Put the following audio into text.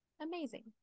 amazing